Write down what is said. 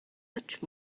much